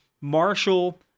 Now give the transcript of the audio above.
Marshall